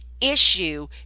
issue